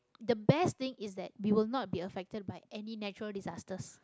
the best thing is that we will not be affected by any natural disasters